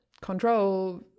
control